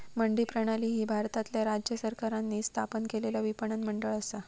मंडी प्रणाली ही भारतातल्या राज्य सरकारांनी स्थापन केलेला विपणन मंडळ असा